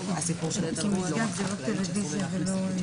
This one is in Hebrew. אישור הוועדה לצו העיריות לגבי שני חוקי עזר.